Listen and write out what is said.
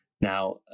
Now